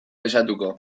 kexatuko